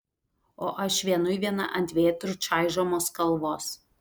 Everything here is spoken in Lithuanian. o aš vienui viena ant vėtrų čaižomos kalvos